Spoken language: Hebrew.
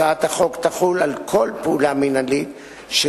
הצעת החוק תחול על כל פעולה מינהלית של